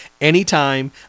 anytime